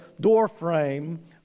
doorframe